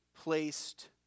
placed